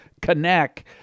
connect